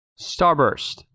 Starburst